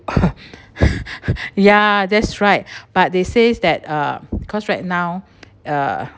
ya that's right but they says that uh because right now uh